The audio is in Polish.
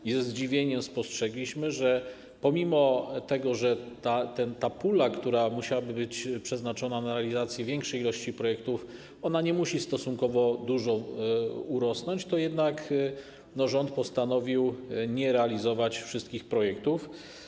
I ze zdziwieniem spostrzegliśmy, że pomimo że ta pula, która musiałaby być przeznaczona na realizację większej ilości projektów, nie musi stosunkowo dużo urosnąć, to jednak rząd postanowił nie realizować wszystkich projektów.